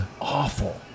awful